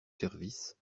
services